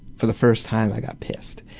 for the first time i got pissed.